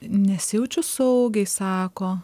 nesijaučiu saugiai sako